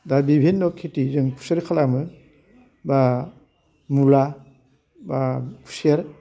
दा बिभिन्न' खेथि जों खुसेर खालामो बा मुला बा खुसेर